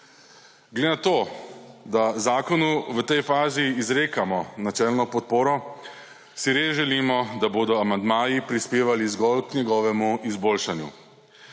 Glede na to, da zakonu v tej fazi izrekamo načelno podporo, si res želimo, da bodo amandmaji prispevali zgolj k njegovemu izboljšanju.